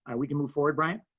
and we can move forward bryant.